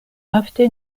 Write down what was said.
ofte